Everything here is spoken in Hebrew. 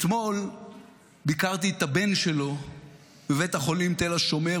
אתמול ביקרתי את הבן שלו בבית החולים תל השומר,